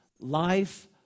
life